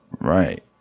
Right